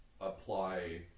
apply